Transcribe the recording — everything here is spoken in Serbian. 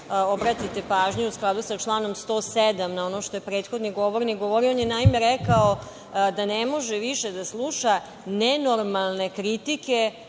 obratite pažnju, u skladu sa članom 107, na ono što je prethodni govornik govorio. On je naime rekao da ne može više da sluša „nenormalne kritike